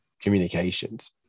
communications